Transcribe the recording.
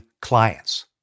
clients